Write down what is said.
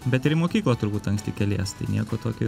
bet ir į mokyklą turbūt anksti kelies tai nieko tokio